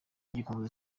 gikomeza